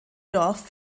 dorf